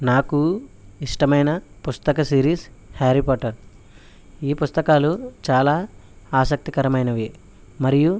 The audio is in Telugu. నాకు ఇష్టమైన పుస్తక సిరీస్ హ్యారీ పొట్టర్ ఈ పుస్తకాలు చాలా ఆసక్తికరమైనవి మరియు